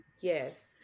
Yes